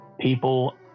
People